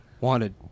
wanted